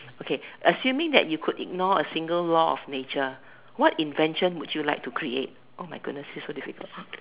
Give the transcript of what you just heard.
okay assuming that you could ignore a single law of nature what invention would you like to create oh-my-goodness this is so difficult